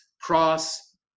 cross